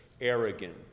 arrogant